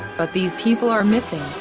but these people are missing.